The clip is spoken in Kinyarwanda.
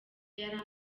yari